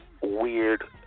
weird